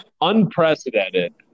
unprecedented